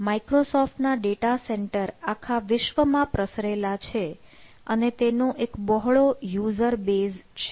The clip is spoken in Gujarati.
માઈક્રોસોફ્ટ ના ડેટા સેન્ટર આખા વિશ્વમાં પ્રસરેલા છે અને તેનો એક બહોળો યુઝર બેઝ છે